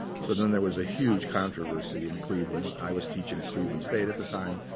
so then there was a huge controversy in cleveland. i was teaching at cleveland state at the time.